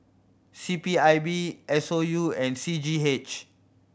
C P I B S O U and C G H